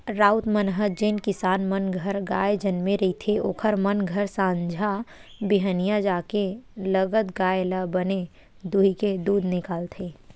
राउत मन ह जेन किसान मन घर गाय जनमे रहिथे ओखर मन घर संझा बिहनियां जाके लगत गाय ल बने दूहूँके दूद निकालथे